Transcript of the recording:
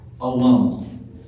alone